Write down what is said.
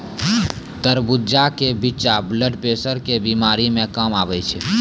तरबूज के बिच्चा ब्लड प्रेशर के बीमारी मे काम आवै छै